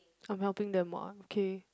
I'm helping them [what] okay